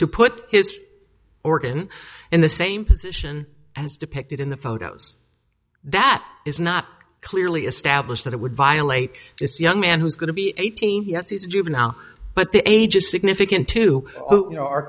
to put his organ in the same position as depicted in the photos that is not clearly established that it would violate this young man who's going to be eighteen yes he's juvenile but the age of significant to you know our